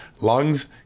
lungs